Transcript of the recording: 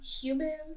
human